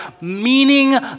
meaning